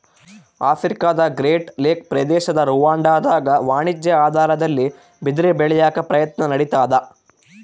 ಆಫ್ರಿಕಾದಗ್ರೇಟ್ ಲೇಕ್ ಪ್ರದೇಶದ ರುವಾಂಡಾದಾಗ ವಾಣಿಜ್ಯ ಆಧಾರದಲ್ಲಿ ಬಿದಿರ ಬೆಳ್ಯಾಕ ಪ್ರಯತ್ನ ನಡಿತಾದ